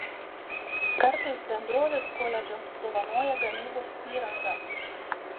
kartais bendrovės koledžams dovanoja gamybos įrangą